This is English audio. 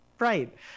Right